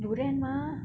durian mah